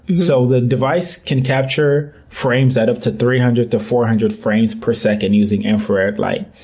so the device can capture frames at up to three hundred to four hundred frames per second using infrared light.